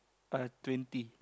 uh twenty